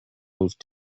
moved